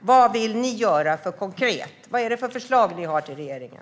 Vad vill Vänsterpartiet göra konkret? Vad har ni för förslag till regeringen?